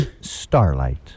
Starlight